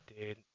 dude